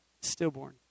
stillborn